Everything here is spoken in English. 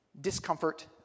discomfort